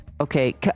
Okay